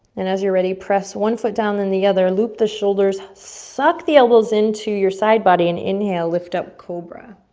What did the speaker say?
and as you're ready, press one foot down in the other, loop the shoulders, suck the elbows into your side body and inhale, lift up cobra.